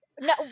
No